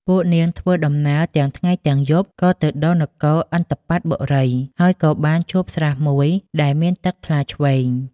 ពួកនាងធ្វើដំណើរទាំងថ្ងៃទំាងយប់ក៏ទៅដល់នគរឥន្ទបត្តបុរី ហើយក៏បានជួបស្រះមួយដែលមានទឹកថ្លាឈ្វេង។